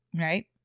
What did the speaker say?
right